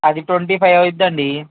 అది twenty five అవుతుందండి